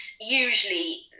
usually